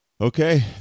Okay